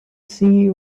see